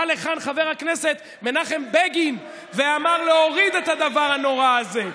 בא לכאן חבר הכנסת מנחם בגין ואמר: להוריד את הדבר הנורא הזה,